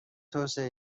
توسعه